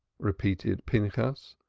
repeated pinchas,